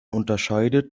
unterscheidet